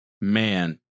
man